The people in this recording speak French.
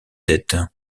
dettes